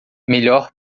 melhor